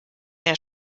der